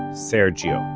sergiusz.